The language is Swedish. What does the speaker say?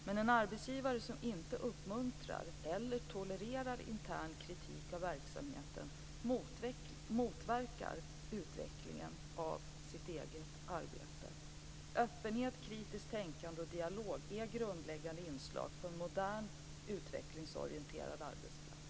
Men en arbetsgivare som inte uppmuntrar eller tolererar intern kritik av verksamheten motverkar utvecklingen av sitt eget arbete. Öppenhet, kritiskt tänkande och dialog är grundläggande inslag på en modern utvecklingsorienterad arbetsplats.